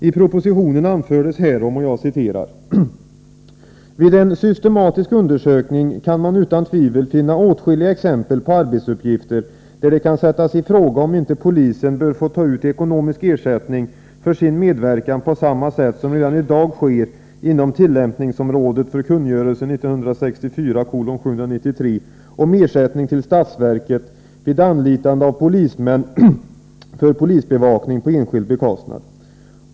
I propositionen anfördes härom: ”Vid en systematisk undersökning kan man utan tvivel finna åtskilliga exempel på arbetsuppgifter, där det kan sättas i fråga om inte polisen bör få ta ut ekonomisk ersättning för sin medverkan på samma sätt som i dag sker inom tillämpningsområdet för kungörelsen om ersättning till statsverket vid anlitande av polismän för polisbevakning på enskild bekostnad.